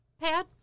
pad